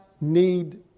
need